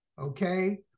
Okay